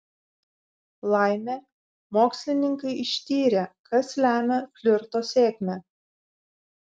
laimė mokslininkai ištyrė kas lemia flirto sėkmę